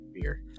beer